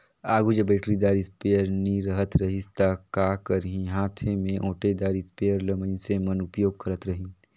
आघु जब बइटरीदार इस्पेयर नी रहत रहिस ता का करहीं हांथे में ओंटेदार इस्परे ल मइनसे मन उपियोग करत रहिन